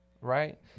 right